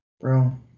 Bro